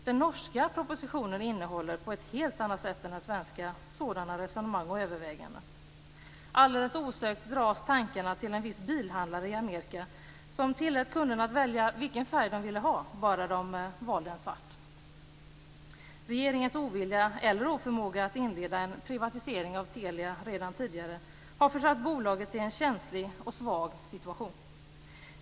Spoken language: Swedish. Den norska propositionen innehåller, på ett helt annat sätt än den svenska, sådana resonemang och överväganden. Alldeles osökt dras tankarna till en viss bilhandlare i Amerika som tillät kunderna att välja vilken färg de ville till sin bil, bara de valde en svart. Regeringens ovilja eller oförmåga att inleda en privatisering av Telia redan tidigare har försatt bolaget i en känslig och svag situation.